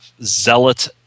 zealot